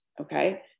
okay